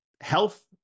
health